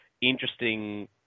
interesting